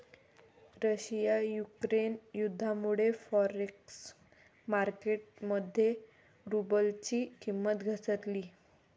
Russia Ukraine युद्धामुळे forex market मध्ये रुबलची किंमत घसरली